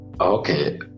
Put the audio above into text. Okay